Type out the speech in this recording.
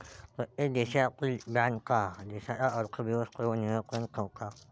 प्रत्येक देशातील बँका देशाच्या अर्थ व्यवस्थेवर नियंत्रण ठेवतात